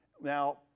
Now